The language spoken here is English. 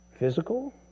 physical